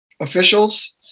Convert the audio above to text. officials